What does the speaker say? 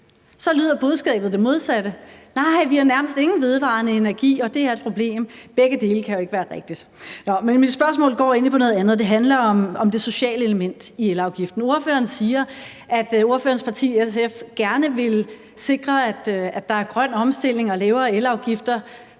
så er budskabet det modsatte; så har vi nærmest ingen vedvarende energi, og det er et problem. Begge dele kan jo ikke være rigtige. Mit spørgsmål går egentlig på noget andet, nemlig det sociale element i elafgiften. Ordføreren siger, at ordførerens parti, SF, gerne vil sikre grøn omstilling og lavere elafgifter